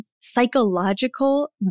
psychological